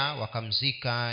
wakamzika